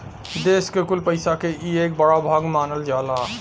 देस के कुल पइसा के ई एक बड़ा भाग मानल जाला